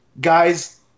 Guy's